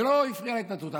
זה לא הפריע להתנדבות.